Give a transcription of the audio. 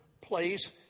place